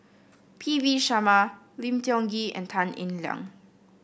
P V Sharma Lim Tiong Ghee and Tan Eng Liang